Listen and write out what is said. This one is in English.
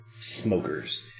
smokers